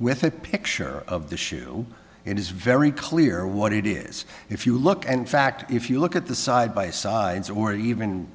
with a picture of the shoe it is very clear what it is if you look and fact if you look at the side by sides or even